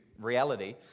reality